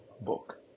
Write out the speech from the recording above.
book